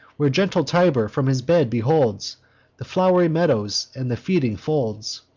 where gentle tiber from his bed beholds the flow'ry meadows, and the feeding folds.